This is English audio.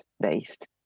based